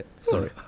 Sorry